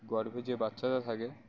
গর্ভে যে বাচ্চারা থাকে